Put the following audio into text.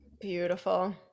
beautiful